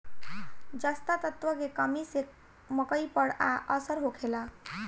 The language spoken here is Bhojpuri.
जस्ता तत्व के कमी से मकई पर का असर होखेला?